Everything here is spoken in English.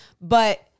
But-